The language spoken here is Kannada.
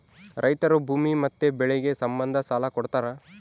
ರೈತರು ಭೂಮಿ ಮತ್ತೆ ಬೆಳೆಗೆ ಸಂಬಂಧ ಸಾಲ ಕೊಡ್ತಾರ